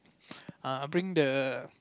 err bring the